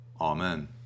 Amen